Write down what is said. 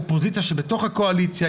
אופוזיציה שבתוך הקואליציה,